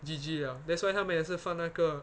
G_G liao that's why 他们也是放那个